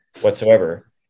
whatsoever